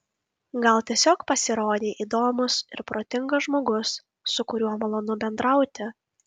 gal tiesiog pasirodei įdomus ir protingas žmogus su kuriuo malonu bendrauti